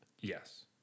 yes